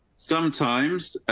sometimes, ah,